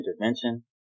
intervention